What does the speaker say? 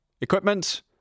equipment